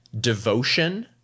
devotion